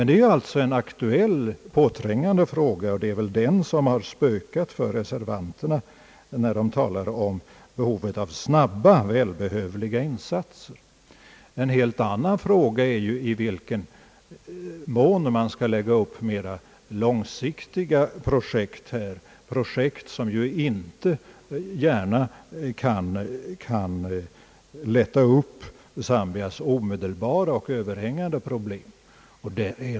Det är en aktuell och påträngande fråga, och det är väl den som har spökat för reservanterna när de talar om behovet av snabba välbehövliga insatser. En helt annan fråga är i vilken mån man skall lägga upp mera långsiktiga projekt, projekt som inte gärna kan lätta upp Zambias omedelbara och överhängande problem.